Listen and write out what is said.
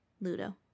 ludo